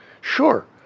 Sure